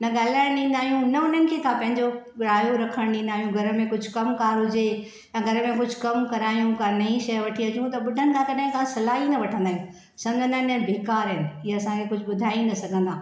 न ॻाल्हाइणु ॾींदा आहियूं न हुननि खे को पंहिंजो परायो रखणु ॾींदा आहियूं कुझु कमुकारु हुजे ऐं घर में कुझु कमु करायूं का नईं शइ वठी अचूं त ॿुढनि खां कॾहिं असां का सलाह ई न वठंदा आहियूं सम्झंदा आहिनि ॼणु बेकार आहिनि इहे असांखे कुझु ॿुधाइ ई न सघंदा